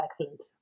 excellent